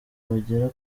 bagera